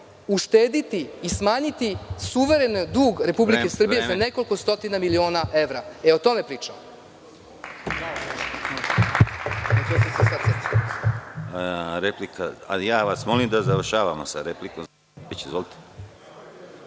uštedeti i smanjiti suvereni dug Republike Srbije za nekoliko stotina miliona evra. O tome pričam.